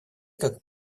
как